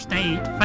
State